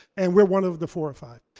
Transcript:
and we're one of the four or five.